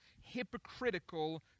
hypocritical